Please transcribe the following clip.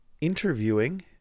interviewing